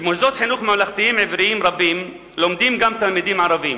במוסדות חינוך ממלכתיים עבריים רבים לומדים גם תלמידים ערבים.